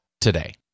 today